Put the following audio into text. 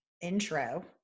intro